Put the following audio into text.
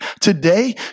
Today